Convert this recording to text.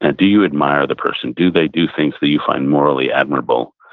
and do you admire the person? do they do things that you find morally admirable?